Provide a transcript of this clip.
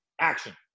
Action